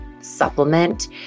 Supplement